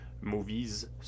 movies